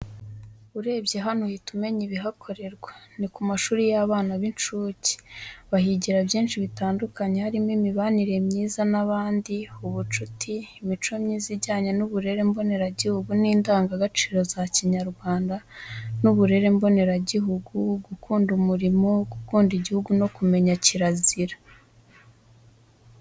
Urebye hano uhita umenya ibihakorerwa ni kumashuri yabana b'incuke, bahigira byinshi bitandukanye harimo imibanire myiza na bandi ubucuti, imico myiza ijyanye n'uburere mboneragihugu n'indangagaciro za kinyarwanda n'uburere mboneragihugu, gukunda umurimo, gukunda igihugu no kumenya kirazira.